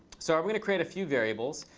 so i'm going to create a few variables.